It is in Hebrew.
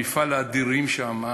מפעל אדירים שם.